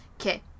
Okay